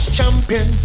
champion